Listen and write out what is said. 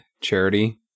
charity